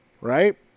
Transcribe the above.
right